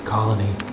Colony